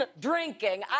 drinking